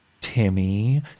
Timmy